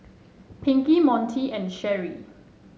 Pinkie Montie and Sherrie